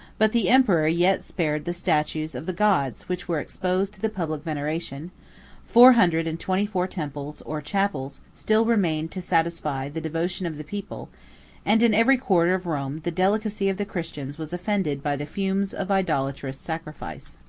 but the emperor yet spared the statues of the gods which were exposed to the public veneration four hundred and twenty-four temples, or chapels, still remained to satisfy the devotion of the people and in every quarter of rome the delicacy of the christians was offended by the fumes of idolatrous sacrifice.